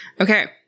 Okay